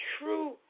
true